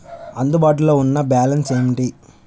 అందుబాటులో ఉన్న బ్యాలన్స్ ఏమిటీ?